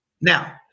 Now